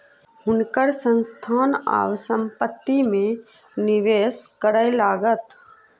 हुनकर संस्थान आब संपत्ति में निवेश करय लागल